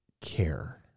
care